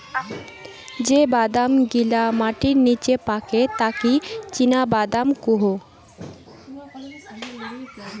যে বাদাম গিলা মাটির নিচে পাকে তাকি চীনাবাদাম কুহু